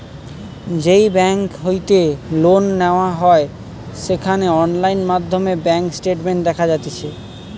যেই বেংক হইতে লোন নেওয়া হয় সেখানে অনলাইন মাধ্যমে ব্যাঙ্ক স্টেটমেন্ট দেখা যাতিছে